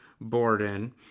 Borden